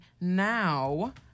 now